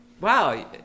Wow